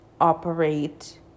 operate